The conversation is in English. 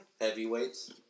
Heavyweights